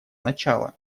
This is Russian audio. начала